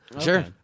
sure